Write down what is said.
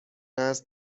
است